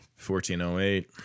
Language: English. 1408